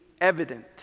evident